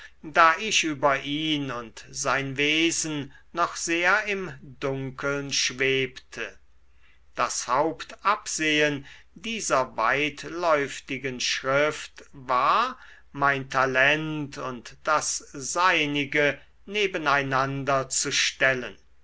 da ich über ihn und sein wesen noch sehr im dunkeln schwebte das hauptabsehen dieser weitläuftigen schrift war mein talent und das seinige nebeneinander zu stellen